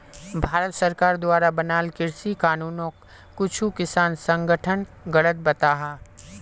भारत सरकार द्वारा बनाल कृषि कानूनोक कुछु किसान संघठन गलत बताहा